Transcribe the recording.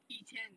以前